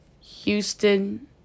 Houston